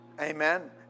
Amen